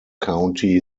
county